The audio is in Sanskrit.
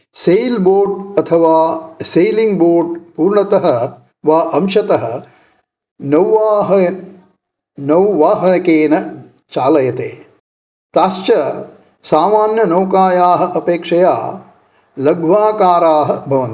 सेल्बोट् अथवा सेलिङ्ग् बोट् पूर्णतः वा अंशतः नौवाहयेत् नौवाहकेन चाल्यते ताश्च सामान्यनौकायाः अपेक्षया लघ्वाकाराः भवन्ति